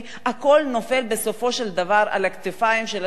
הכול נופל בסופו של דבר על הכתפיים של השלטון המקומי.